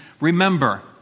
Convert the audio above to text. remember